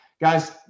guys